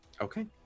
Okay